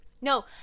No